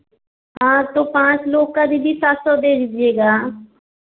हाँ तो पाँच लोग का दीदी सात सौ दे दीजिएगा